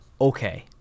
Okay